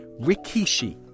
rikishi